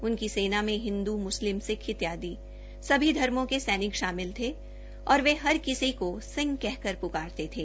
उनकी सेना में हिन्दू म्स्लिम सिख इत्यादि सभी धर्मों के सैनिक शामिल थे और वे हर किसी को सिंह कह कर प्कारते थे